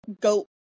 goat